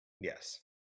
Yes